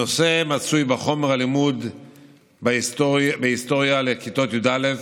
הנושא מצוי בחומר הלימוד בהיסטוריה לכיתות י"א,